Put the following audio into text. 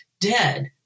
dead